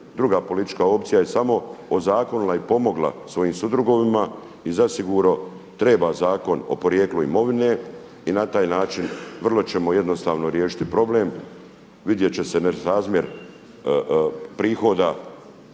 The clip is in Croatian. druga politička opcija je samo ozakonila i pomogla svojim sudrugovima i zasigurno treba Zakon o porijeklu imovine i na taj način vrlo ćemo jednostavno riješiti problem. Vidjet će se nesrazmjer prihoda